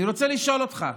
אני רוצה לשאול אותך,